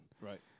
Right